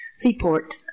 seaport